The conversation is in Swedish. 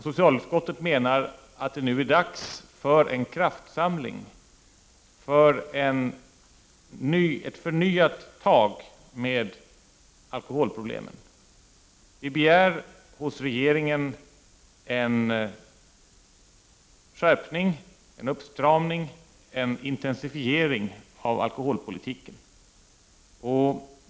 Socialutskottet menar att det nu är dags för en kraftsamling, för ett förnyat tag när det gäller alkoholproblemen. Vi begär hos regeringen en skärpning, en uppstramning, en intensifiering av alkoholpolitiken.